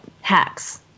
hacks